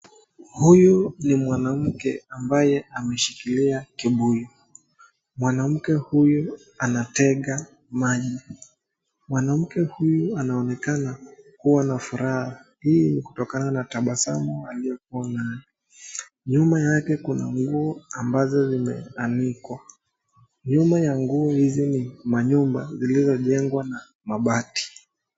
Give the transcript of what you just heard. Huyu ni mwanamke ambaye ameshikilia kibuyu, mwanamke huyu anatega maji. Mwanamke huyu anaonekana kuwa na furaha hii kutokana na tabasamu aliyo nayo, nyuma yake kuna nguo ambazo zimeanikwa nyuma ya nguo hizi ni manyumba zilizo jengwa na mabati.